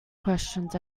questions